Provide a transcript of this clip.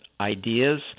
ideas